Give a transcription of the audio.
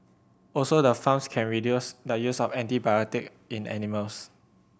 also the farms can reduce the use of antibiotic in animals